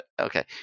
okay